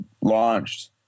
launched